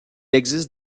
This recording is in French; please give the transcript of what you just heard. existe